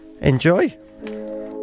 enjoy